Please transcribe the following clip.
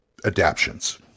adaptions